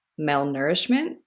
malnourishment